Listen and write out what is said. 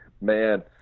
Man